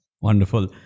Wonderful